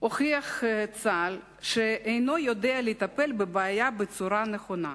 הוכיח צה"ל שאינו יודע לטפל בבעיה בצורה נכונה.